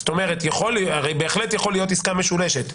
זאת אומרת הרי בהחלט יכול להיות עסקה משולשת,